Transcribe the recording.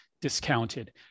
discounted